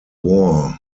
war